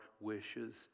wishes